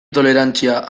tolerantzia